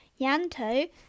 Yanto